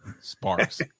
Sparks